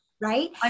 right